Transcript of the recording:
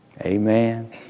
Amen